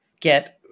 get